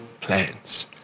plans